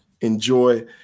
enjoy